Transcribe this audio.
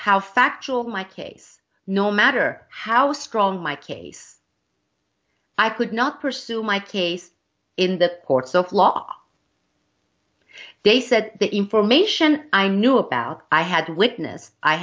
how factual my case no matter how strong my case i could not pursue my case in the courts of law they said that information i knew about i had witness